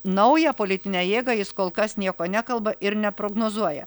naują politinę jėgą jis kol kas nieko nekalba ir neprognozuoja